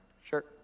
Sure